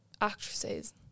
Actresses